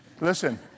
Listen